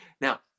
Now